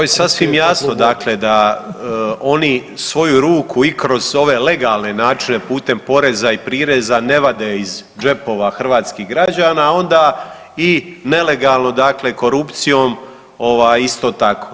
Pa to je sasvim jasno, dakle da oni svoju ruku i kroz ove legalne načine putem poreza i prireza ne vade iz džepova hrvatskih građana, a onda i nelegalnom korupcijom isto tako.